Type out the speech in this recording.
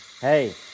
Hey